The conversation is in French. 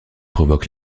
provoque